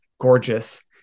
gorgeous